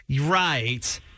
Right